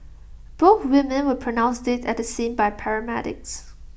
both women were pronounced dead at the scene by paramedics